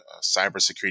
cybersecurity